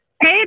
Hey